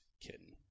kitten